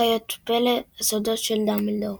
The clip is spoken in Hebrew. חיות הפלא הסודות של דמבלדור.